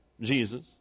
Jesus